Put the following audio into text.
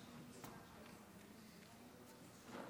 אדוני היושב-ראש, חבריי חברי